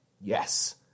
Yes